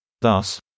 Thus